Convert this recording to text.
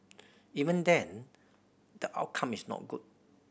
even then the outcome is not good